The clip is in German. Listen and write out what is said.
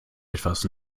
etwas